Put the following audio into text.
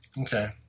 Okay